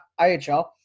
IHL